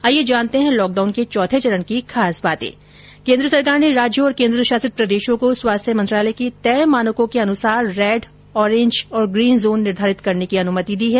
आईये जानते है लॉकडाउन के चौथे चरण की खास बातें केन्द्र सरकार ने राज्यों और केन्द्रशासित प्रदेशों को स्वास्थ्य मंत्रालय के तय मानको के अनुरूप रेड ओरेंज और ग्रीन जोन निर्धारित करने की अनुमति दी है